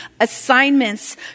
assignments